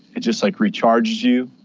it just like recharges you.